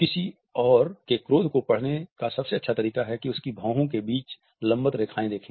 किसी और के क्रोध को पढ़ने का सबसे अच्छा तरीका है कि उनकी भौहों के बीच लंबवत रेखाएं देखें